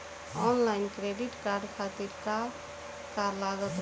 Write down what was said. Online credit card खातिर का का लागत बा?